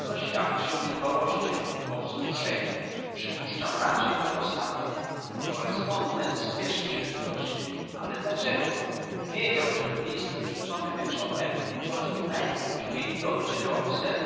to świadczy o niedbałości lub o wzruszeniu przypuszczam raczej to ostatnie korespondent śpieszył się widocznie ale dlaczego wiedział że list wrzucony wieczorem choćby najpóźniej dojdzie rąk sir